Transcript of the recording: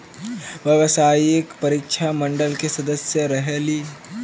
व्यावसायिक परीक्षा मंडल के सदस्य रहे ली?